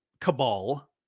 cabal